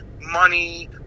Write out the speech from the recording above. money